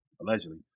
Allegedly